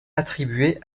attribué